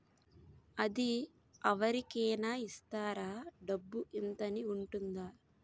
అది అవరి కేనా ఇస్తారా? డబ్బు ఇంత అని ఉంటుందా?